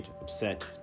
upset